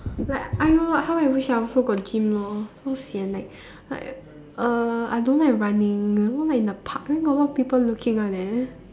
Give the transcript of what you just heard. like I know how I wish I also got gym lor so sian like like uh I don't like running you know like in the park then got a lot of people looking one eh